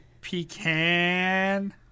pecan